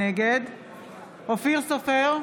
נגד אופיר סופר,